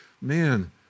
man